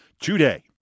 today